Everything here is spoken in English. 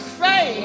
say